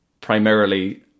primarily